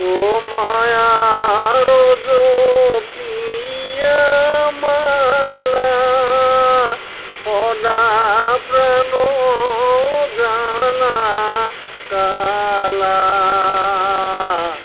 অ' মায়া ৰোজ পিয়া মালা সদা প্ৰাণ জ্ৱালা কালা